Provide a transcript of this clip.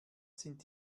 sind